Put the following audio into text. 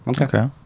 okay